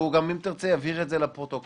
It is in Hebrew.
וגם אם תרצה הוא יבהיר את זה לפרוטוקול,